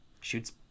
shoots